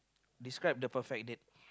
describe the perfect date